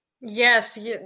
Yes